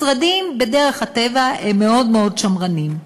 משרדים בדרך הטבע הם מאוד מאוד שמרניים.